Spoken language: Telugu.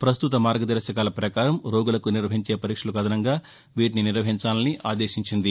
పస్తుత మార్గదర్శకాల పకారం రోగులకు నిర్వహించే పరీక్షలకు అదనంగా వీటిని నిర్వహించాలని ఆదేశించింది